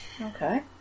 Okay